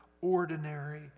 ordinary